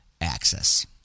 access